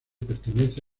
pertenece